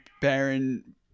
baron